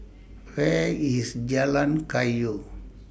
Where IS Jalan Kayu